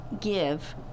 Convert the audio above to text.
give